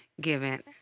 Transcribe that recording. Given